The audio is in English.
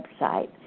website